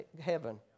heaven